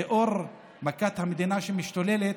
לנוכח מכת המדינה שמשתוללת,